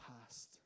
past